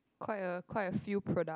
quite a quite a few product